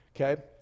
Okay